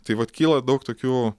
tai vat kyla daug tokių